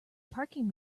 parking